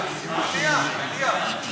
במקרה של חיליק, לא בטוח אם זה גברתי או אדוני.